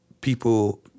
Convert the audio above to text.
people